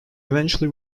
eventually